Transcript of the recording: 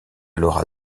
alors